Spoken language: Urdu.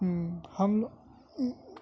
ہوں ہم